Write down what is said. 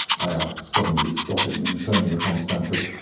i asked suddenly, stopping and turning upon stamford,